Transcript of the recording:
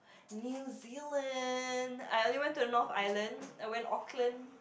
New Zealand I only went to the north Island I went Auckland